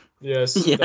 Yes